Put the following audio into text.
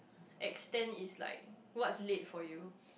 extent is like what's late for you